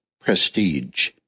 prestige